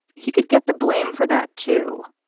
he could get the blame for that, too,